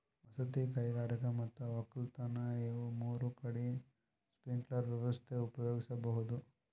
ವಸತಿ ಕೈಗಾರಿಕಾ ಮತ್ ವಕ್ಕಲತನ್ ಇವ್ ಮೂರ್ ಕಡಿ ಸ್ಪ್ರಿಂಕ್ಲರ್ ವ್ಯವಸ್ಥೆ ಉಪಯೋಗಿಸ್ಬಹುದ್